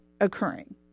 occurring